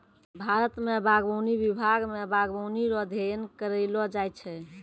भारत मे बागवानी विभाग मे बागवानी रो अध्ययन करैलो जाय छै